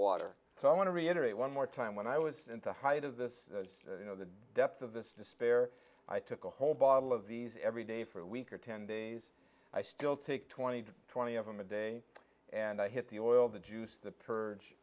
water so i want to reiterate one more time when i was at the height of this you know the depth of this despair i took a whole bottle of these every day for a week or ten days i still take twenty to twenty of them a day and i hit the oil the juice the p